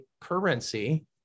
currency